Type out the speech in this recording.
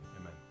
Amen